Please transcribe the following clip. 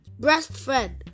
breastfed